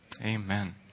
Amen